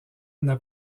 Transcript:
n’a